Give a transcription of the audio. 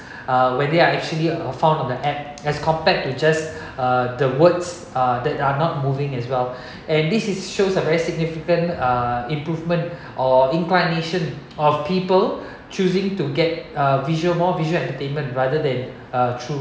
uh where they are actually are found on the app as compared with just uh the words uh that are not moving as well and this is shows a very significant uh improvement or inclination of people choosing to get uh visual more visual entertainment rather than uh through